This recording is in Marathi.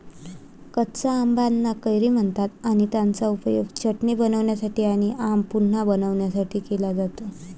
कच्या आंबाना कैरी म्हणतात आणि त्याचा उपयोग चटणी बनवण्यासाठी आणी आम पन्हा बनवण्यासाठी केला जातो